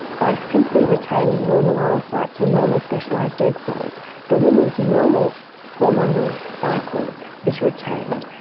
by simply retaining normal oocytes or normal specialised egg cells the woman's normal hormonal cycle is retained.